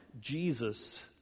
Jesus